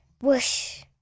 Whoosh